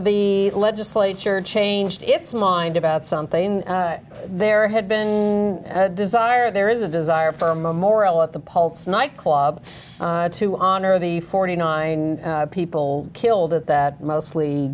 the legislature changed its mind about something there had been desire there is a desire for a memorial at the pulse night club to honor the forty nine dollars people killed at that mostly